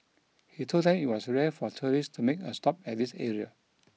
he told them it was rare for tourists to make a stop at this area